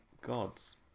gods